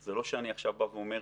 זה לא שאני עכשיו אומר,